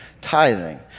tithing